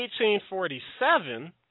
1847